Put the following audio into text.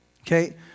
okay